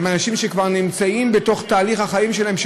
הם אנשים שכבר נמצאים בתוך תהליך החיים שלהם,